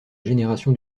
génération